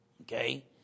Okay